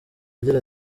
agira